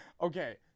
Okay